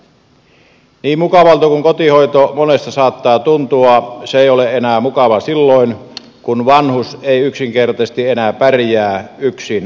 niin mukavalta kuin kotihoito monesta saattaa tuntua se ei ole enää mukavaa silloin kun vanhus ei yksinkertaisesti enää pärjää yksin asuvana